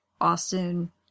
Austin